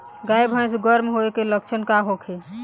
गाय भैंस गर्म होय के लक्षण का होखे?